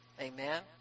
Amen